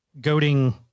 goading